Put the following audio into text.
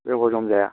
बे हजम जाया